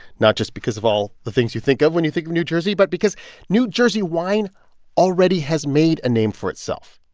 not just because of all the things you think of when you think of new jersey but because new jersey wine already has made a name for itself.